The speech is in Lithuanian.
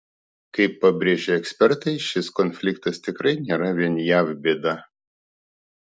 kaip pabrėžia ekspertai šis konfliktas tikrai nėra vien jav bėda